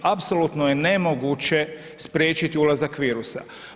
Apsolutno je nemoguće spriječiti ulazak virusa.